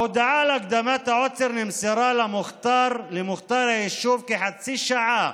ההודעה על הקדמת העוצר נמסרה למוח'תאר היישוב כחצי שעה